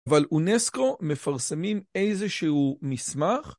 ‫אבל אונסקו מפרסמים איזה שהוא מסמך..